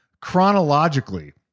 chronologically